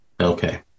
Okay